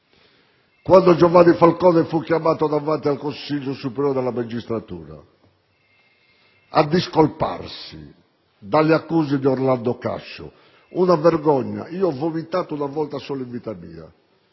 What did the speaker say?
Quando Giovanni Falcone fu chiamato davanti al Consiglio superiore della magistratura a discolparsi dalle accuse di Orlando Cascio fu una vergogna. Ho vomitato una volta solo in vita mia: